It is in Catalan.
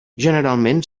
generalment